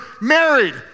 married